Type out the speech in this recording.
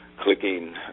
clicking